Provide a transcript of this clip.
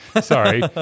Sorry